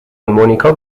مونیکا